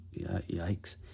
yikes